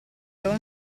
vero